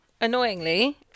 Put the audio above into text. Annoyingly